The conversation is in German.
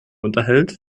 unterhält